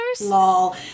Lol